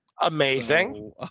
Amazing